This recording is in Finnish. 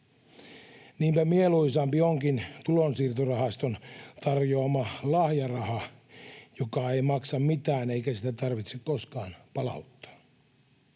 Niinpä mieluisampi onkin tulonsiirtorahaston tarjoama lahjaraha, joka ei maksa mitään ja jota ei tarvitse koskaan palauttaa.